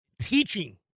Teaching